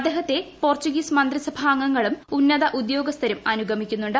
അദ്ദേഹത്തെ പോർച്ചുഗീസ് മന്ത്രിസഭാ അംഗങ്ങളും ഉന്നത ഉദ്യോഗസ്ഥരും അനുഗമിക്കുന്നുണ്ട്